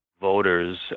voters